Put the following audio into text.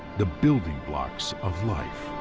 the building blocks of life.